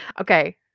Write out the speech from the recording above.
Okay